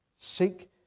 seek